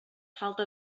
falta